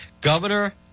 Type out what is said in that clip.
Governor